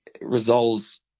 resolves